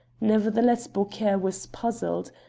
nevertheless beaucaire was puzzled.